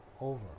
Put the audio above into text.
over